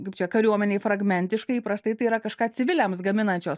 kaip čia kariuomenei fragmentiškai įprastai tai yra kažką civiliams gaminančios